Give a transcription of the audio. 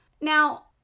Now